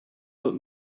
but